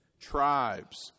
tribes